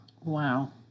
Wow